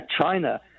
china